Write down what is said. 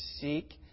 seek